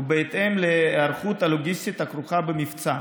בהתאם להיערכות הלוגיסטית הכרוכה במבצע.